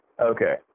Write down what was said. Okay